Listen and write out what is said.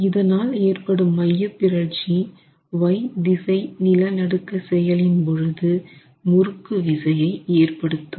இதனால் ஏற்படும் மையப்பிறழ்ச்சி y திசை நிலநடுக்க செயலின் பொழுது முறுக்கு விசையை ஏற்படுத்தும்